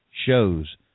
shows